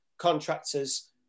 contractors